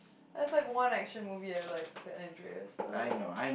it's like one action movie I like St-Andreas